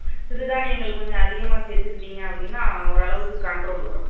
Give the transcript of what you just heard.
சிறு தானியங்கள் கொஞ்சம் அதிகமாக சேர்த்துக்கிட்டீங்க அப்படினா ஓரளவுக்கு கன்ட்ரோல் வரும்